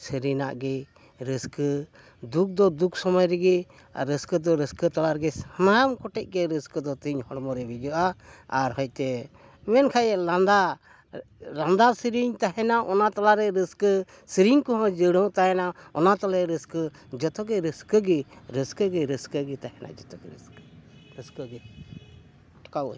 ᱥᱟᱹᱨᱤᱱᱟᱜ ᱜᱮ ᱨᱟᱹᱥᱠᱟᱹ ᱫᱩᱠ ᱫᱚ ᱫᱩᱠ ᱥᱚᱢᱚᱭ ᱨᱮᱜᱮ ᱨᱟᱹᱥᱠᱟᱹ ᱫᱚ ᱨᱟᱹᱥᱠᱟᱹ ᱛᱚᱞᱟ ᱨᱮᱜᱮ ᱥᱟᱱᱟᱢ ᱠᱚᱴᱷᱮᱱ ᱜᱮ ᱨᱟᱹᱥᱠᱟᱹ ᱫᱚ ᱛᱤᱦᱤᱧ ᱦᱚᱲᱢᱚ ᱨᱮ ᱵᱷᱤᱡᱟᱹᱜᱼᱟ ᱟᱨ ᱦᱚᱭᱛᱮ ᱢᱮᱱᱠᱷᱟᱱ ᱞᱟᱸᱫᱟ ᱞᱟᱸᱫᱟ ᱥᱮᱨᱮᱧ ᱛᱟᱦᱮᱱᱟ ᱚᱱᱟ ᱛᱚᱞᱟᱨᱮ ᱨᱟᱹᱥᱠᱟᱹ ᱥᱮᱨᱮᱧ ᱠᱚᱦᱚᱸ ᱡᱩᱲᱟᱹᱣ ᱛᱟᱦᱮᱱᱟ ᱚᱱᱟ ᱛᱟᱞᱮ ᱨᱟᱹᱥᱠᱟᱹ ᱡᱷᱚᱛᱚ ᱜᱮ ᱨᱟᱹᱥᱠᱟᱹ ᱜᱮ ᱨᱟᱹᱥᱠᱟᱹ ᱜᱮ ᱨᱟᱹᱥᱠᱟᱹ ᱜᱮ ᱛᱟᱦᱮᱱᱟ ᱡᱷᱚᱛᱚ ᱜᱮ ᱨᱟᱹᱥᱠᱟᱹ ᱨᱟᱹᱥᱠᱟᱹ ᱜᱮ ᱟᱴᱠᱟᱣ ᱟᱹᱧ